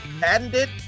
patented